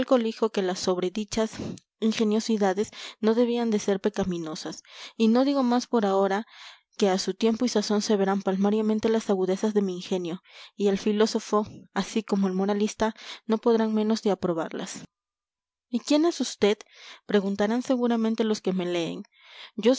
colijo que las sobredichas ingeniosidades no debían de ser pecaminosas y no digo más por ahora que a su tiempo y sazón se verán palmariamente las agudezas de mi ingenio y el filósofo así como el moralista no podrán menos de aprobarlas y quién es vd preguntarán seguramente los que me leen yo